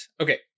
Okay